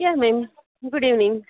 yeah ma'am good evening